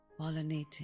pollinating